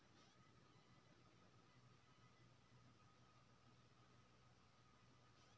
धान लेल कम पानी मे होयबला केना बीज ठीक रहत आर जे अधिक उपज नीक होय?